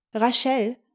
Rachel